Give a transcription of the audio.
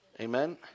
Amen